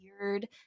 weird